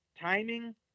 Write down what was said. Timing